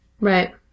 Right